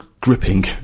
gripping